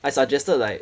I suggested like